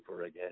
again